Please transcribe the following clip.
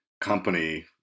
company